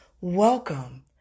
Welcome